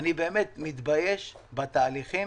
אני באמת מתבייש בתהליכים